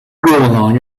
along